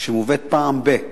שמובאת פעם ב-,